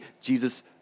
Jesus